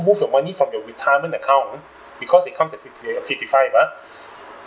most of money from your retirement account uh because it comes fifty fifty-five ah